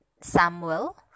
samuel